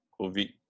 covid